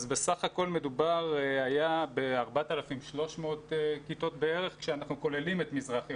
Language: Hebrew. בסך הכול היה מדובר בכ-4,300 כיתות כשאנחנו כוללים את מזרח ירושלים,